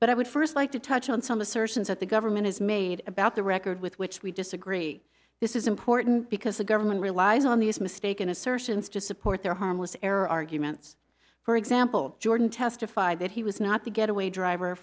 would first like to touch on some assertions that the government has made about the record with which we disagree this is important because the government relies on these mistaken assertions to support their harmless error arguments for example jordan testified that he was not the getaway driver